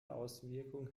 außenwirkung